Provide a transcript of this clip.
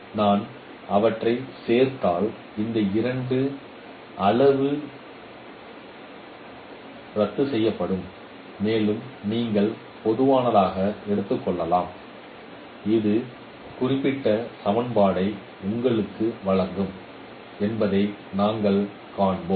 நான் அவற்றைச் சேர்த்தால் இந்த இரண்டு அளவு ரத்துசெய்யப்படும் மேலும் நீங்கள் பொதுவானதாக எடுத்துக் கொள்ளலாம் இது இந்த குறிப்பிட்ட சமன்பாட்டை உங்களுக்கு வழங்கும் என்பதை நாங்கள் காண்போம்